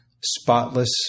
spotless